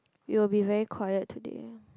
you will be very quiet today